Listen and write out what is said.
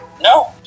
No